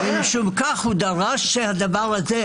לכן דרש שהדבר הזה,